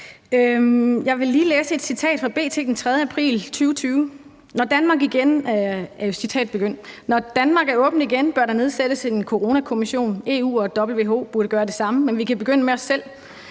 Jeg vil lige læse et citat fra B.T. fra den 3. april 2020: »Når Danmark er åbent igen, bør der nedsættes en corona-kommission. EU og WHO burde gøre det samme, men vi kan begynde med os selv.